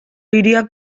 hiriak